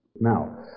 Now